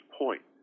point